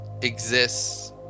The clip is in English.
exists